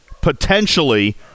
potentially